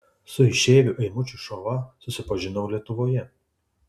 su išeiviu eimučiu šova susipažinau lietuvoje